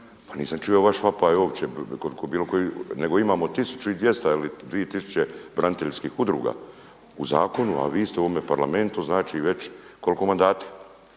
A nisam čuo vaš vapaj uopće kod bilo koji, nego imamo 1200 ili 2000 braniteljskih udruga u zakonu, a vi ste u ovom Parlamentu znači već koliko mandata.